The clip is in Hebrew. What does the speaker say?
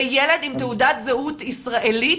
זה ילד עם תעודת זהות ישראלית,